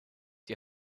die